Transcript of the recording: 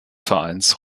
vereins